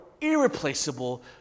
irreplaceable